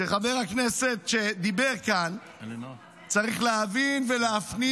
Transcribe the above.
שחבר הכנסת שדיבר כאן צריך להבין ולהפנים